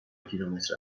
کیلومتر